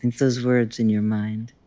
those words in your mind.